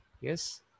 Yes